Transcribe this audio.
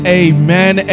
amen